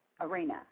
Arena